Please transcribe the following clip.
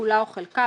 כולה או חלקה,